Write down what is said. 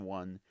one